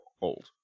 old